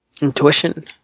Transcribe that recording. intuition